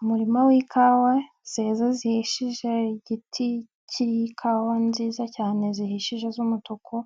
Umurima w'ikawa zeza zihishije hari igiti cy'ikawa nziza cyane zihishije z'umutuku